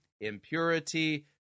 impurity